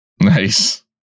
Nice